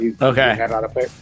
Okay